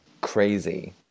crazy